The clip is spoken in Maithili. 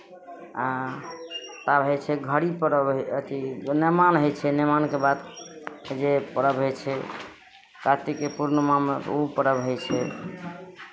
आ तब होइ छै घड़ी पर्व अथी ओ नेमान होइ छै नेमानके बाद जे पर्व होइ छै कातिकके पूर्णिमामे ओ पर्व होइ छै